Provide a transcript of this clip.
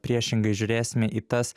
priešingai žiūrėsime į tas